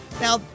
Now